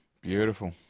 Beautiful